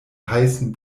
heißen